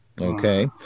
Okay